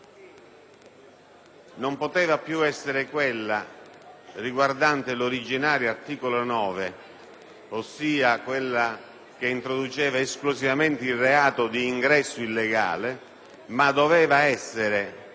non poteva più essere quella riguardante l'originario articolo 9 - che introduceva esclusivamente il reato di ingresso illegale - e doveva essere